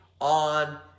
on